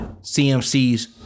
CMC's